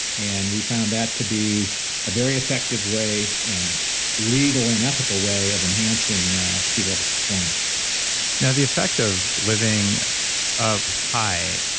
and we found that to be a very effective way and legal and ethical way of enhancing sea level performance now, the effect of living up high,